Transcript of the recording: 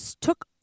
took